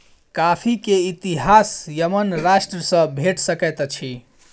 coffee के इतिहास Yemen राष्ट्र सॅ भेट सकैत अछि